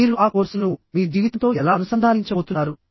మీరు ఆ కోర్సును మీ జీవితంతో ఎలా అనుసంధానించబోతున్నారు